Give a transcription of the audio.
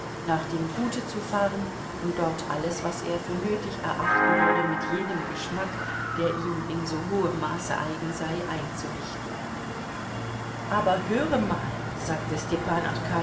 nach dem gute zu fahren und dort alles was er für nötig erachten würde mit jenem geschmack der ihm in so hohem maße eigen sei einzurichten aber höre mal sagte stepan